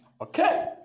okay